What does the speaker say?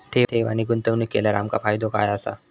ठेव आणि गुंतवणूक केल्यार आमका फायदो काय आसा?